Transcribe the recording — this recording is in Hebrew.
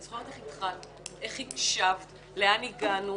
אני זוכרת איך התחלת, איך הקשבת, לאן הגענו.